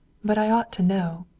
but i ought to know.